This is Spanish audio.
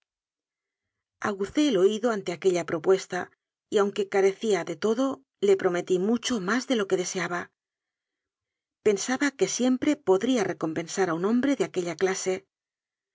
agucé el oído ante aquella propuesta y aun que carecía de todo le prometí mucho más de lo que deseaba pensaba que siempre podría recom pensar a un hombre de aquella clase